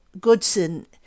Goodson